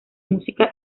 música